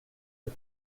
eux